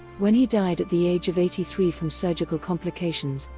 when he died at the age of eighty three from surgical complications,